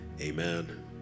Amen